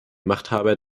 machthaber